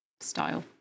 style